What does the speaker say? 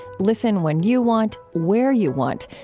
listen when you want, where you want.